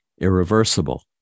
irreversible